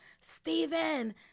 Stephen